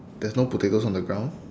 there's no potatoes on the ground